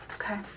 Okay